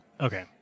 Okay